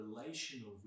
relational